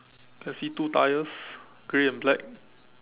I see two tyres grey and black